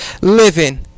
living